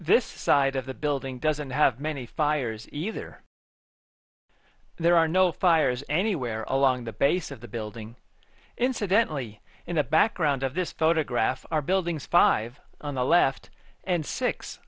this side of the building doesn't have many fires either there are no fires anywhere along the base of the building incidentally in the background of this photograph are buildings five on the left and six